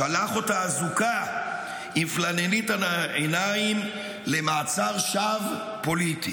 שלח אותה אזוקה עם פלנלית על העיניים למעצר שווא פוליטי,